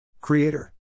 Creator